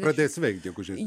pradės veikt gegužės